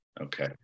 Okay